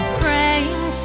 praying